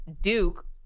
Duke